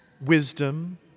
Wisdom